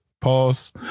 pause